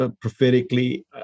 prophetically